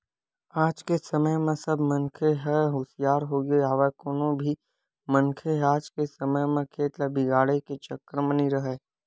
आज के समे म सब मनखे मन ह हुसियार होगे हवय कोनो भी मनखे ह आज के समे म खेत ल बिगाड़े के चक्कर म नइ राहय